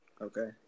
Okay